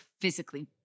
physically